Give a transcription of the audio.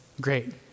Great